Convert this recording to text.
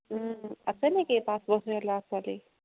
আছে নেকি পাঁচ বছৰীয়া ল'ৰা ছোৱালী